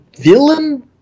villain